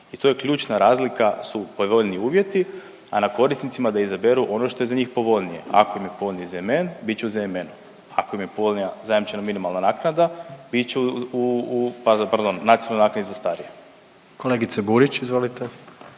I to je ključna razlika su povoljniji uvjeti, a na korisnicima je da izaberu ono što je za njih povoljnije. Ako im je povoljniji ZMN bit će u ZMN-u, ako im je povoljnija zajamčena minimalna naknada bit će u, pardon nacionalnoj naknadi za starije. **Jandroković, Gordan